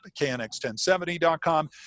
knx1070.com